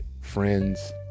friends